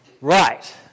Right